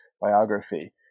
biography